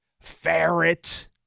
ferret